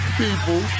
people